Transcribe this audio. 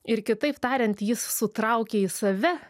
ir kitaip tariant jis sutraukia į save